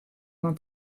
oan